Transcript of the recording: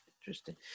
Interesting